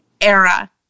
era